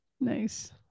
nice